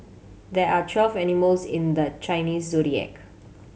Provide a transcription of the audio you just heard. there are twelve animals in the Chinese Zodiac